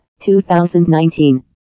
2019